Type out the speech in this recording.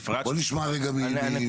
בוא נשמע ממינהל התכנון.